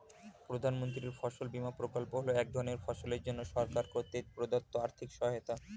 প্রধানমন্ত্রীর ফসল বিমা প্রকল্প হল এক ধরনের ফসলের জন্য সরকার কর্তৃক প্রদত্ত আর্থিক সহায়তা